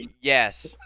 Yes